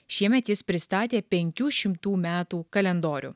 šiemet jis pristatė penkių šimtų metų kalendorių